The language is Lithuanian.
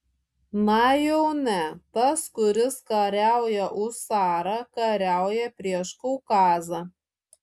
na jau ne tas kuris kariauja už carą kariauja prieš kaukazą